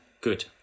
Good